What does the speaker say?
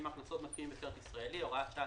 מהכנסות משקיעים בסרט ישראלי) (הוראת שעה),